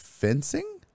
Fencing